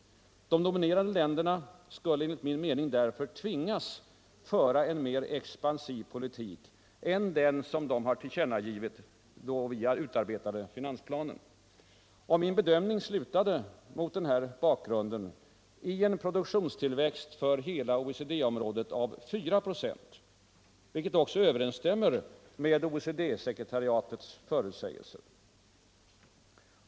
De dominerande länderna skulle därför, enligt min mening, tvingas att föra en mer expansiv politik än den som de hade tillkännagivit vid tiden för utarbetandet av finansplanen. Min bedömning slutade mot denna bakgrund ien produktionstillväxt för hela OECD-området av 4 24. vilket också överensstämmer med OECD-sckretariatets förutsägelser.